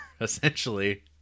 essentially